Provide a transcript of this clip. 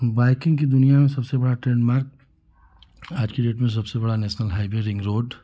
biking की दुनिया में सबसे बड़ा ट्रेडमार्क आज के डेट में सबसे बड़ा नेशनल हाइवे रिंग रोड